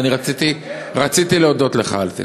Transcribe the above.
ואני רציתי להודות לך על זה.